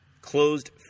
closed